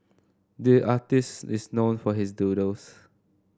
the artist is known for his doodles